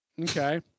Okay